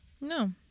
No